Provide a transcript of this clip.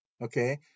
Okay